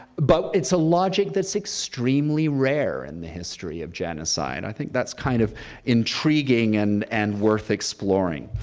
but it's a logic that's extremely rare in the history of genocide. i think that's kind of intriguing and and worth exploring.